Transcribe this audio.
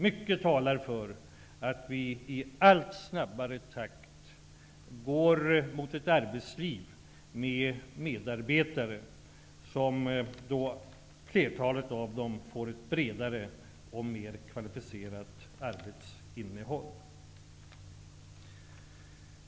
Mycket talar för att vi i allt snabbare takt går mot ett arbetsliv där flertalet av medarbetarna får ett bredare och mer kvalificerat arbetsinnehåll.